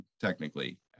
technically